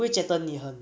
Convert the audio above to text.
不会觉得你很